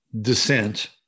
descent